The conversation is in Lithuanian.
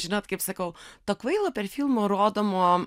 žinot kaip sakau to kvailo per filmo rodomo